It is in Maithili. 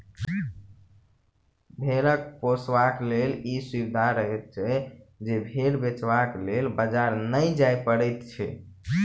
भेंड़ पोसयबलाक लेल ई सुविधा रहैत छै जे भेंड़ बेचबाक लेल बाजार नै जाय पड़ैत छै